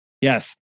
Yes